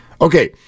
Okay